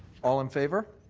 all in favour?